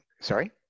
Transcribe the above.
Sorry